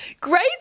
great